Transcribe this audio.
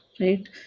right